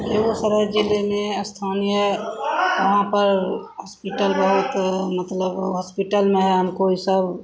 बेगूसराय ज़िले में स्थानीय वहाँ पर हॉस्पिटल बहुत मतलब हॉस्पिटल में है हमको यह सब